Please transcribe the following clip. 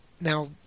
now